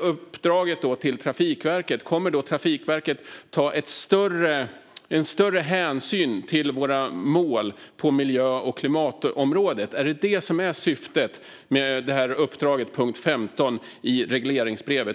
uppdraget till Trafikverket att innebära att Trafikverket kommer att ta större hänsyn till våra mål på miljö och klimatområdet? Är det detta som är syftet med uppdraget i punkt 15 i regleringsbrevet?